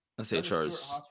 SHR's